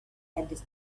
and